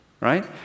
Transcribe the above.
right